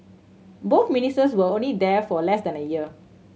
both Ministers were only there for less than a year